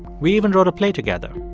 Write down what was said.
we even wrote a play together.